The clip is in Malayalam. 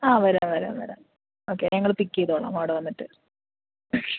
ആ വരാം വരാം വരാം ഓക്കെ ഞങ്ങൾ പിക്ക് ചെയ്തുകൊള്ളാം അവിടെ വന്നിട്ട്